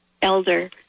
elder